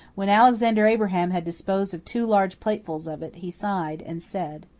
when alexander abraham had disposed of two large platefuls of it, he sighed and said,